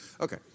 Okay